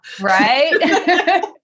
Right